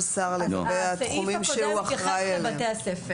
הסעיף הקודם מתייחס לבתי הספר.